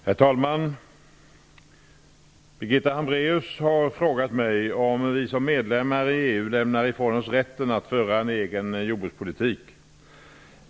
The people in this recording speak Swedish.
Herr talman! Birgitta Hambraeus har frågat mig om vi som medlemmar i EU lämnar ifrån oss rätten att föra en egen jordbrukspolitik.